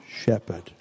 shepherd